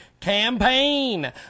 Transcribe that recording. campaign